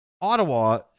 Ottawa